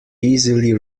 easily